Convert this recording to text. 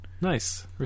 Nice